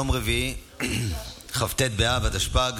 היום יום רביעי כ"ט באב התשפ"ג,